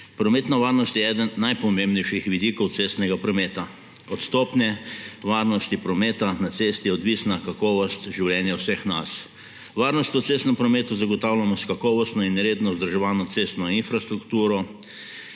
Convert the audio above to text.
Prometna varnost je eden najpomembnejših vidikov cestnega prometa. Od stopnje varnosti prometa na cesti je odvisna kakovost življenja vseh nas. Varnost v cestnem prometu zagotavljamo s kakovostno in redno vzdrževano cestno infrastrukturo,